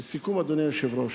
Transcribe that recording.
לסיכום, אדוני היושב-ראש,